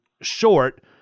short